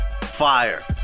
Fire